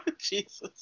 Jesus